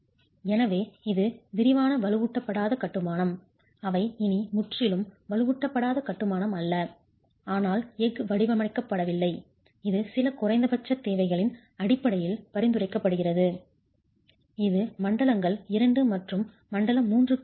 எனவே இது விரிவான வலுவூட்டப்படாத கட்டுமானம் அவை இனி முற்றிலும் வலுவூட்டப்படாத கட்டுமானம் அல்ல ஆனால் எஃகு வடிவமைக்கப்படவில்லை இது சில குறைந்தபட்ச தேவைகளின் அடிப்படையில் பரிந்துரைக்கப்படுகிறது இது மண்டலங்கள் 2 மற்றும் மண்டலம் 3 க்கு மட்டுமே